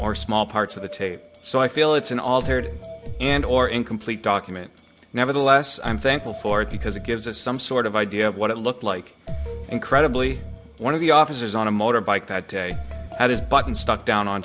s small parts of the tape so i feel it's an incomplete document nevertheless i'm thankful for it because it gives us some sort of idea of what it looked like incredibly one of the officers on a motorbike that had his button stuck down on